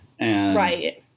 Right